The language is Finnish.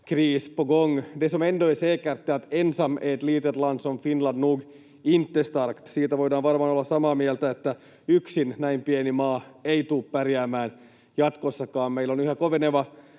Siitä voidaan varmaan olla samaa mieltä, että yksin näin pieni maa ei tule pärjäämään jatkossakaan. Meillä on yhä koveneva